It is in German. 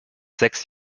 sechs